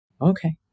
Okay